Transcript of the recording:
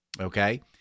Okay